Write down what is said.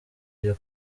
iyo